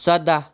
سَداہ